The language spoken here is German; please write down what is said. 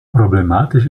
problematisch